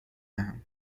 دهم